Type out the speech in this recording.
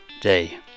day